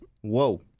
whoa